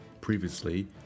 Previously